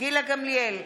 גילה גמליאל,